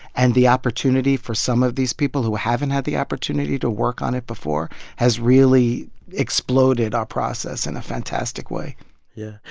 and the opportunity for some of these people who haven't had the opportunity to work on it before has really exploded our process in a fantastic yeah.